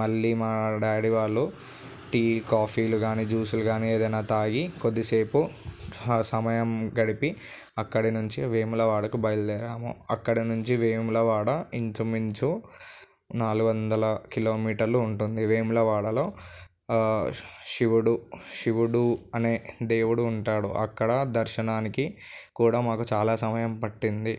మళ్ళీ మా డాడీ వాళ్ళు టీ కాఫీలు కానీ జ్యూసులు కానీ ఏదైనా తాగి కొద్దిసేపు ఆ సమయం గడిపి అక్కడి నుంచి వేములవాడకు బయలుదేరాము అక్కడ నుంచి వేములవాడ ఇంచుమించు నాలుగు వందల కిలోమీటర్లు ఉంటుంది వేములవాడలో శివుడు శివుడు అనే దేవుడు ఉంటాడు అక్కడ దర్శనానికి కూడా మాకు చాలా సమయం పట్టింది